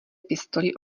pistoli